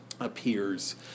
appears